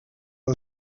was